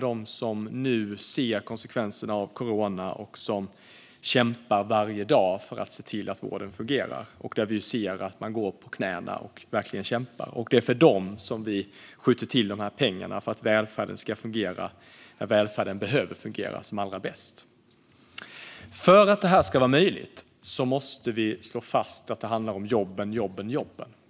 De ser konsekvenserna av corona och kämpar varje dag för att se till att vården fungerar. Vi ser att man går på knäna och verkligen kämpar. Det är för dem som vi skjuter till de här pengarna för att välfärden ska fungera när välfärden behöver fungera som allra bäst. För att det här ska vara möjligt måste vi slå fast att det handlar om jobben, jobben och jobben.